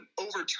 overturn